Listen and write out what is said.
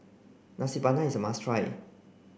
Nasi Padang is a must try